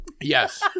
Yes